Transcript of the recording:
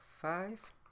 five